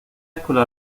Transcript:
escuela